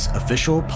official